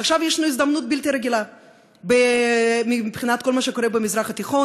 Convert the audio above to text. עכשיו יש לנו הזדמנות בלתי רגילה מבחינת כל מה שקורה במזרח התיכון,